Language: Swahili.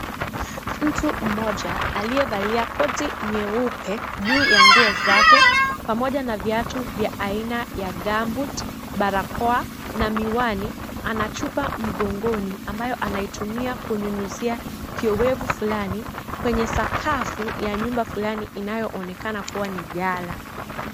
Mtu mmoja aliyevalia koti nyeupe juu ya nguo zake pamoja na viatu vya aina ya gumboot , barakoa na miwani ana chupa mgongoni ambayo anaitumia kunyunyizia kiowevu fulani kwenye sakafu ya nyumba fulani inayoonekana kuwa ni ghala.